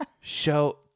Show